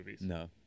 no